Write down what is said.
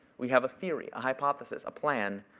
we have a theory, a hypothesis, a plan,